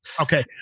Okay